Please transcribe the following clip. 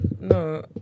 no